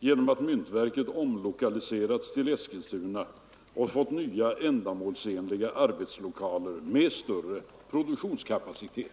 genom att myntverket omlokaliserats till Eskilstuna och fått nya ändamålsenliga arbetslokaler med större produktionskapacitet.